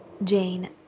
Jane